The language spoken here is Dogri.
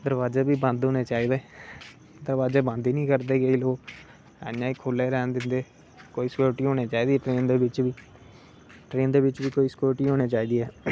दरबाजे बी बंद होने चाहिदे दरबाजे बंद हि नी करदे केईं लोक इयां गै खुल्ले रैहन दिंदे कोई सिक्योरिटी होनी चाहिदी ट्रैन दे बिच बी ट्रैन दे बिच बी कोई सिक्योरिटी होनी चाहिदी ऐ